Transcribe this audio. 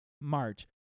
March